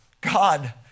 God